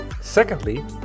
secondly